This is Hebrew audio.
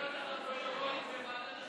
אותך לפרוטוקול של ועדת החינוך,